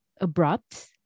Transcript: abrupt